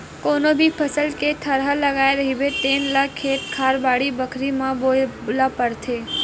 कोनो भी फसल के थरहा लगाए रहिबे तेन ल खेत खार, बाड़ी बखरी म बोए ल परथे